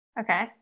Okay